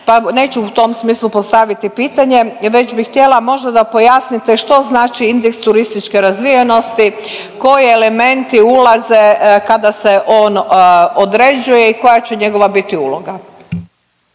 neću u tom smislu postaviti pitanje već bi htjela možda da pojasnite što znači indeks turističke razvijenosti, koji elementi ulaze kada se on određuje i koja će njegova biti uloga.